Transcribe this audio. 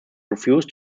refused